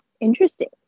Interesting